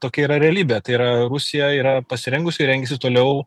tokia yra realybė tai yra rusija yra pasirengusi ir rengsis toliau